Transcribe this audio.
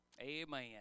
Amen